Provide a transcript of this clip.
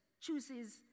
chooses